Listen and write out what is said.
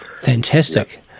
Fantastic